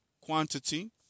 quantity